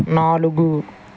నాలుగు